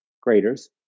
graders